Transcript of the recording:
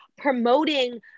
promoting